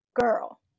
girl